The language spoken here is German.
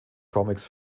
comics